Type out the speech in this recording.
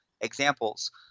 examples